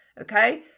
Okay